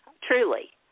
truly